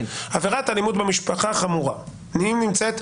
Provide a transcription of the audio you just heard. עבירת אלימות במשפחה חמורה נמצאת,